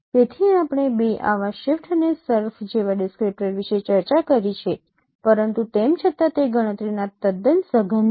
તેથી આપણે બે આવા શિફ્ટ અને સર્ફ જેવા ડિસ્ક્રિપ્ટર વિષે ચર્ચા કરી છે પરંતુ તેમ છતાં તે ગણતરીના તદ્દન સઘન છે